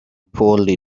poorly